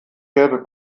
gelbe